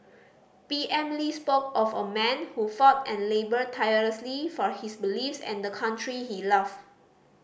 P M Lee spoke of a man who fought and laboured tirelessly for his beliefs and the country he loved